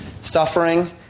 suffering